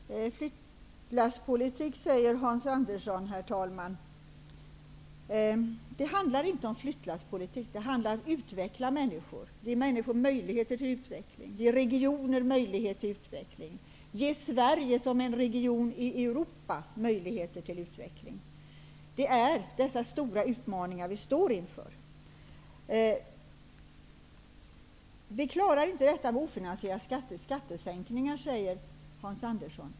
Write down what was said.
Herr talman! Flyttlasspolitik, sade Hans Andersson. Det handlar inte om flyttlasspolitik - det handlar om att utveckla människor, ge människor möjligheter till utveckling, ge regioner möjligheter till utveckling, ge Sverige som en region i Europa möjligheter till utveckling. Det är dessa stora utmaningar vi står inför. Vi klarar inte detta med ofinansierade skattesänkningar, sade Hans Andersson.